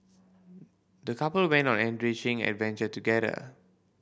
the couple went on an enriching adventure together